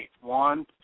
One